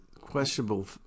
questionable